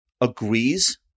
agrees